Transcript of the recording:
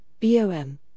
BOM